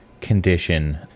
condition